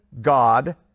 God